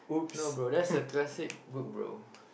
no bro that's a classic book bro